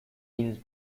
disease